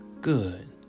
Good